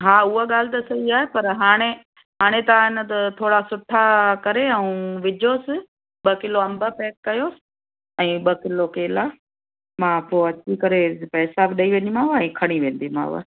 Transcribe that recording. हा उहा ॻाल्हि त सही आहे पर हाणे हाणे तव्हां आहे न त थोरा सुठा करे ऐं ॾिजोसि ॿ किलो अंब पैक कयोसि ऐं ॿ किलो केला मां पोइ अची करे पैसा बि ॾई वेंदीमांव ऐं खणी वेंदीमांव